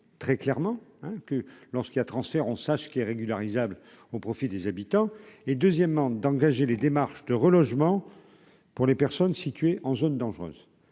très clairement, hein, que lorsqu'il y a transfert on sache qui est régularisables au profit des habitants et deuxièmement d'engager les démarches de relogement pour les personnes situées en zone dangereuse,